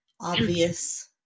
obvious